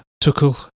Tuckle